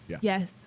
yes